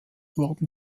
worden